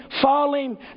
falling